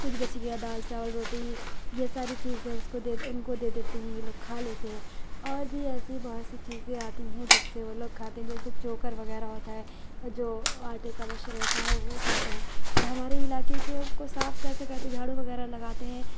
کچھ بچ گیا دال چاول روٹی یہ ساری چیزیں اس کو دے ان کو دے دیتے ہیں یہ لوگ کھا لیتے ہیں اور بھی ایسی بہت سی چیزیں آتی ہیں جس سے وہ لوگ کھاتے ہیں جیسے چوکر وغیرہ ہوتا ہے جو آٹے کا بچ رہتا ہے وہ کھاتے ہیں اور ہمارے علاقے کے کو صاف کیسے کرتے ہیں جھاڑو وغیرہ لگاتے ہیں